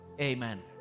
Amen